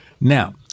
Now